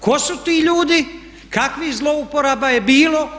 Ko su ti ljudi, kakvih zlouporaba je bilo?